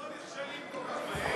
לא נכשלים כל כך מהר.